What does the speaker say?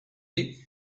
est